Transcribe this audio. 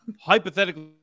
hypothetically